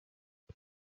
you